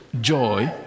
joy